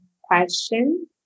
question